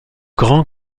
grand